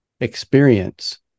experience